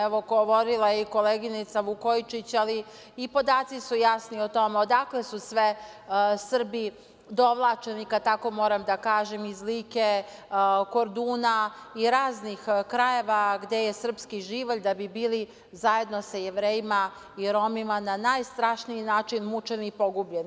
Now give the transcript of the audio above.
Evo, govorila je i koleginica Vukojičić, i podaci su jasni o tome, odakle su sve Srbi dovlačeni, kada tako moram da kažem, iz Like, Korduna i raznih krajeva gde je srpski živalj da bi bili zajedno sa Jevrejima i Romima na najstrašniji način mučeni i pogubljeni.